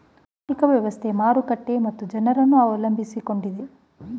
ಆರ್ಥಿಕ ವ್ಯವಸ್ಥೆ, ಮಾರುಕಟ್ಟೆ ಮತ್ತು ಜನರನ್ನು ಅವಲಂಬಿಸಿಕೊಂಡಿದೆ